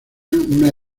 una